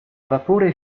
vapore